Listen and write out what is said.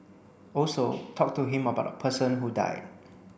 also talk to him about the person who died